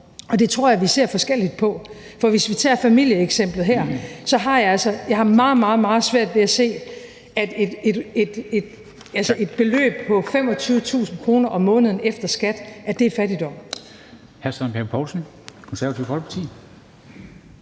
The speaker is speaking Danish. er. Det tror jeg vi ser forskelligt på, for hvis vi tager familieeksemplet her, har jeg altså meget, meget svært ved at se, at et beløb på 25.000 kr. om måneden efter skat er fattigdom.